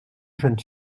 jeune